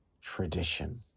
tradition